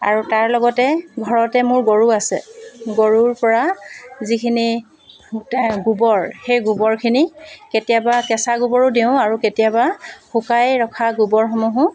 আৰু তাৰ লগতে ঘৰতে মোৰ গৰু আছে গৰুৰ পৰা যিখিনি গোবৰ সেই গোবৰখিনি কেতিয়াবা কেঁচা গোবৰো দিওঁ আৰু কেতিয়াবা শুকাই ৰখা গোবৰসমূহো